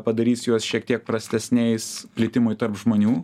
padarys juos šiek tiek prastesniais plitimui tarp žmonių